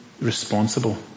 responsible